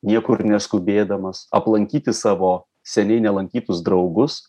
niekur neskubėdamas aplankyti savo seniai nelankytus draugus